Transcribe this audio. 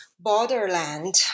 borderland